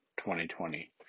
2020